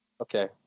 Okay